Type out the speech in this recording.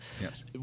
Yes